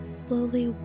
slowly